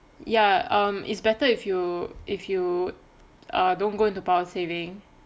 ya um it's better if you if you err don't go into power saving